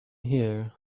here